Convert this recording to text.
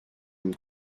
him